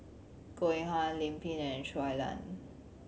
Goh Eng Han Lim Pin and Shui Lan